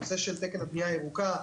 נושא של תקן הבנייה הירוקה,